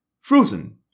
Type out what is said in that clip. frozen